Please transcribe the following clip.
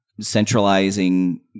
centralizing